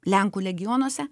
lenkų legionuose